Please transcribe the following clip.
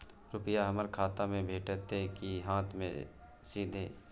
रुपिया हमर खाता में भेटतै कि हाँथ मे सीधे?